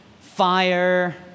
fire